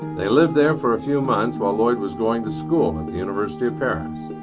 they lived there for a few months while lloyd was going to school at the university of paris.